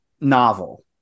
novel